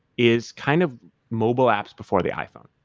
is kind of mobile apps before the iphone.